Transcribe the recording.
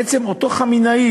בעצם אותו חמינאי,